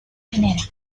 minera